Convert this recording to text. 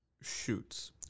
shoots